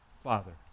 Father